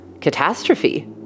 catastrophe